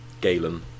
Galen